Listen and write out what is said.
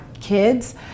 kids